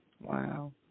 Wow